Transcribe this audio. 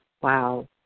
Wow